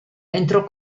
entrò